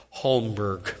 Holmberg